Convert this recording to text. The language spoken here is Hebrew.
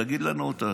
תגיד לנו אותה.